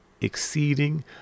exceeding